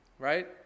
right